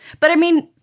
but, i mean,